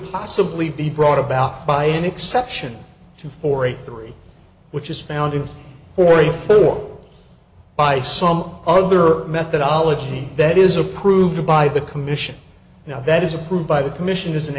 possibly be brought about by an exception to forty three which is found in or a fool by some other methodology that is approved by the commission now that is approved by the commission is an